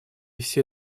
все